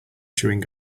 chewing